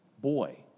boy